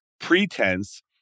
pretense